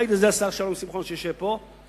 יעיד על זה השר שלום שמחון שיושב פה,